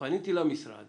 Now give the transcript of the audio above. כשפניתי למשרד